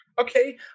Okay